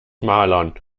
marlon